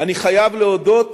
אני חייב להודות